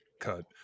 cut